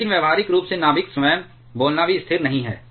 लेकिन व्यावहारिक रूप से नाभिक स्वयं बोलना भी स्थिर नहीं है